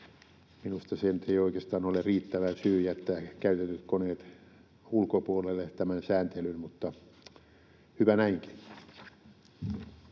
Minusta se nyt ei oikeastaan ole riittävä syy jättää käytetyt koneet ulkopuolelle tämän sääntelyn, mutta hyvä näinkin. [Speech